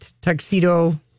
tuxedo